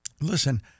listen